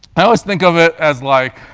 i always think of it as like,